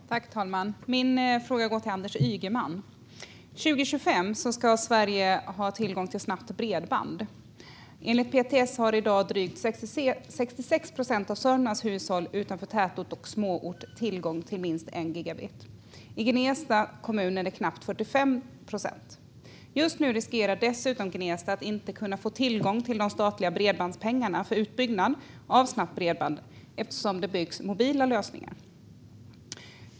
Herr talman! Min fråga går till Anders Ygeman. År 2025 ska Sverige ha tillgång till snabbt bredband. Enligt PTS har i dag drygt 66 procent av Sörmlands hushåll utanför tätort och småort tillgång till minst 1 gigabit. I Gnesta kommun är det knappt 45 procent. Just nu riskerar dessutom Gnesta att inte kunna få tillgång till de statliga bredbandspengarna för utbyggnad av snabbt bredband, eftersom det byggs mobila lösningar.